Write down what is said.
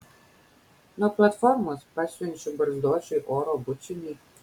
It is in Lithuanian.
nuo platformos pasiunčiu barzdočiui oro bučinį